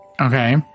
Okay